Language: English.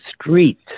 street